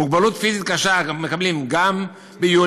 מוגבלות פיזית קשה מקבלים גם ביולי,